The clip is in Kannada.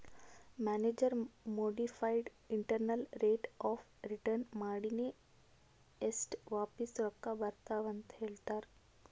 manager modified internal rate of return ಮಾಡಿನೆ ಎಸ್ಟ್ ವಾಪಿಸ್ ರೊಕ್ಕಾ ಬರ್ತಾವ್ ಅಂತ್ ಹೇಳ್ತಾರ್